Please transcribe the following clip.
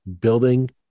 building